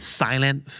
silent